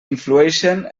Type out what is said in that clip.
influeixen